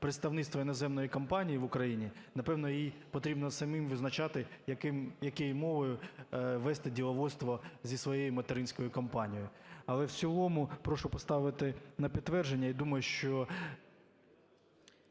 представництво іноземної компанії в Україні, напевно, їй потрібно самим визначати, якою мовою вести діловодство зі своєю материнською компанією. Але в цілому прошу поставити на підтвердження і думаю, що…